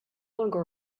longer